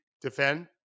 defend